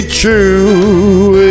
true